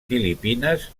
filipines